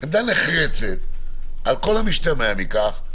על כל המשתמע מכך.